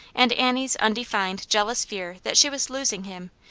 and annie's undefined, jealous fear that she was losing him,